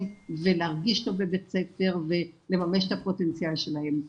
ולהרגיש טוב בבית הספר ולממש את הפוטנציאל שלהם.